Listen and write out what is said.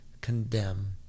condemn